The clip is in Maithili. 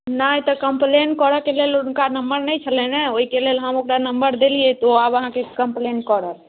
नहि तऽ कम्पलेन करऽके लेल हुनका नम्मर नहि छलनि ओहिके लेल हुनका ओकरा नम्मर देलियै ओ आब आहाँकेँ कम्प्लेन करत